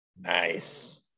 Nice